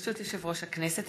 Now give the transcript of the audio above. ברשות יושב-ראש הכנסת,